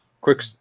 quick